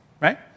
right